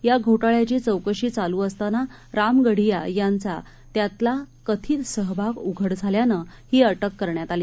या घोटाळ्याची चौकशी चालू असताना रामगढिया यांचा त्यातला कथित सहभाग उघड झाल्यानं ही अटक करण्यात आली